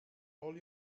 all